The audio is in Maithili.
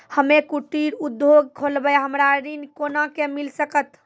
हम्मे कुटीर उद्योग खोलबै हमरा ऋण कोना के मिल सकत?